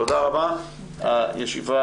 תודה רבה, הישיבה